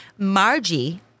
Margie